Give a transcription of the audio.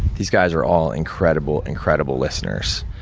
these guys are all incredible, incredible listeners.